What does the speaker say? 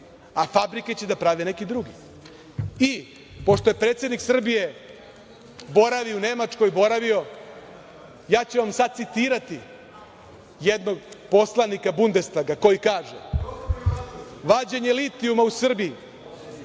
a fabrike će da prave neki drugi. Pošto je predsdenik Srbije boravio u Nemačkoj, ja ću vam sada citirati jednog poslanika Bundestaga koji kaže – Vađenje litijuma u Srbiji,